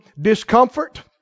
discomfort